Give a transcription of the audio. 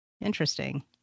interesting